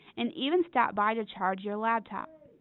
and even stop by to charge your laptop.